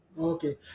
Okay